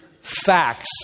facts